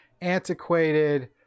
antiquated